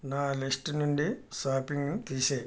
నా లిస్టు నుండి షాపింగ్ను తీసేయి